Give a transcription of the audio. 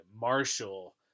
Marshall